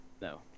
no